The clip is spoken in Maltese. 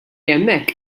hemmhekk